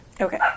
Okay